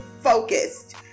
focused